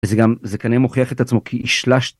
זה גם... זה כנראה מוכיח את עצמו, כי הישלשת...